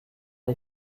les